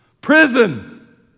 Prison